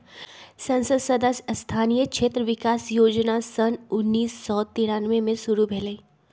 संसद सदस्य स्थानीय क्षेत्र विकास जोजना सन उन्नीस सौ तिरानमें में शुरु भेलई